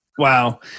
Wow